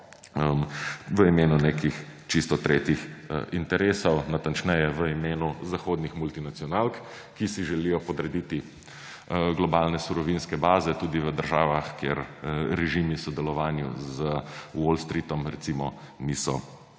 v imenu nekih čisto tretjih interesov – natančneje, v imenu zahodnih multinacionalk,− ki si želijo podrediti globalne surovinske baze tudi v državah, kjer režimi sodelovanju z Wall Streetom, recimo, niso